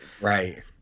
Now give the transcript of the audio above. Right